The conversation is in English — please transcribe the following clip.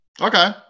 Okay